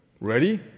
Ready